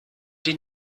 die